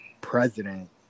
president